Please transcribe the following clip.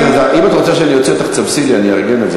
יש לנו תשוקה לאמת.